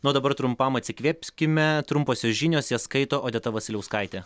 na o dabar trumpam atsikvėpskime trumposios žinios jas skaito odeta vasiliauskaitė